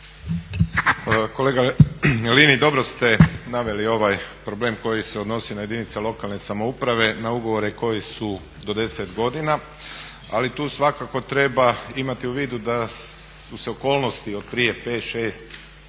Kolega Linić, dobro ste naveli ovaj problem koji se odnosi na jedinice lokalne samouprave, na ugovore koji su do 10 godina, ali tu svakako treba imati u vidu da su se okolnosti od prije 5,